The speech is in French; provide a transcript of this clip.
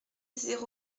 zéro